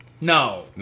no